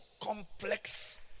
complex